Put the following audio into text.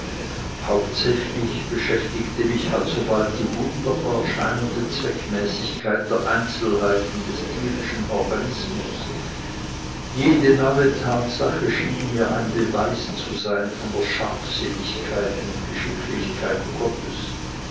hauptsächlich beschäftigte mich alsobald die wunderbar scheinende zweckmäßigkeit der einzelheiten des tierischen organismus jede neue tatsache schien mir ein beweis zu sein von der scharfsinnigkeit und geschicklichkeit gottes